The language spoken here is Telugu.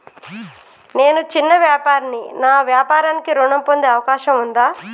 నేను చిన్న వ్యాపారిని నా వ్యాపారానికి ఋణం పొందే అవకాశం ఉందా?